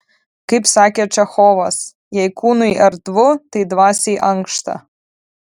kaip sakė čechovas jei kūnui erdvu tai dvasiai ankšta